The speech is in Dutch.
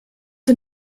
een